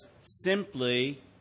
simply